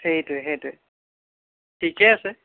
সেইটোৱেই সেইটোৱেই ঠিকে আছে